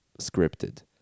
scripted